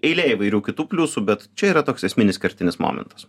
eilė įvairių kitų pliusų bet čia yra toks esminis kertinis momentas